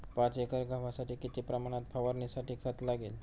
पाच एकर गव्हासाठी किती प्रमाणात फवारणीसाठी खत लागेल?